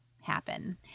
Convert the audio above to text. happen